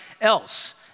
else